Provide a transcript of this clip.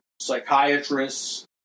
psychiatrists